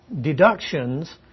deductions